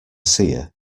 seer